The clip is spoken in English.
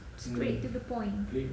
straight to the point